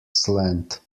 slant